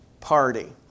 party